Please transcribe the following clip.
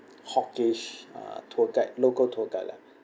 hawkish uh tour guide local tour guide lah